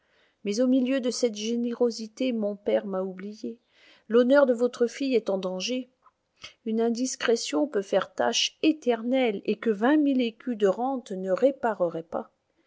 mais au milieu de cette générosité mon père m'a oubliée l'honneur de votre fille est en danger une indiscrétion peut faire une tache éternelle et que vingt mille écus de rente ne répareraient pas